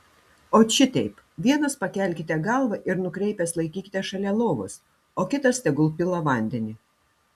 ot šiteip vienas pakelkite galvą ir nukreipęs laikykite šalia lovos o kitas tegul pila vandenį